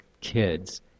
kids